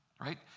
Right